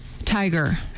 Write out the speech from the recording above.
Tiger